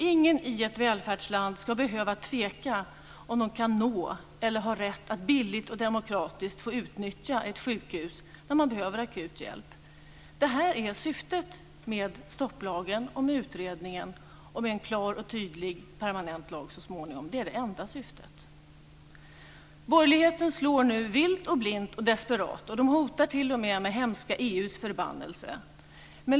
Ingen i ett välfärdsland ska behöva tveka om de kan nå eller har rätt att billigt och demokratiskt utnyttja ett sjukhus när de behöver akut hjälp. Det är syftet med stopplagen och med utredningen och med en så småningom klar och tydlig permanent lag. Det är det enda syftet. Borgerligheten slår nu vilt och blint och desperat. De hotar t.o.m. med hemska EU:s förbannelse.